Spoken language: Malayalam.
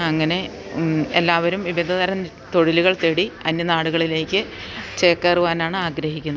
അങ്ങനെ എല്ലാവരും വിവിധതരം തൊഴിലുകൾ തേടി അന്യ നാടുകളിലേക്ക് ചേക്കാറുവാനാണാഗ്രഹിക്കുന്നത്